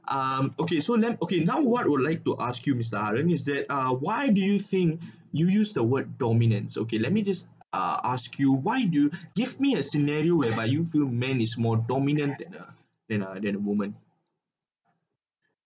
um okay so let okay now what I would like to ask you mister haren is that ah why do you think you use the word dominance okay let me just uh ask you why do give me a scenario whereby you feel man is more dominant than a than a than a woman